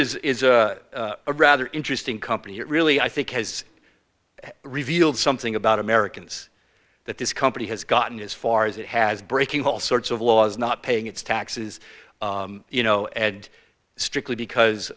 is a rather interesting company that really i think has revealed something about americans that this company has gotten as far as it has breaking all sorts of laws not paying its taxes you know and strictly because